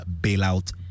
bailout